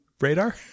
Radar